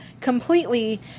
completely